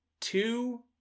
two